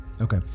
Okay